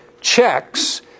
checks